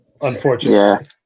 unfortunately